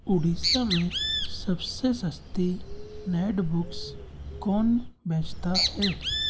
ओडिशा में सबसे सस्ती नेट बुक्स कौन बेचता है